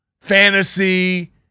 fantasy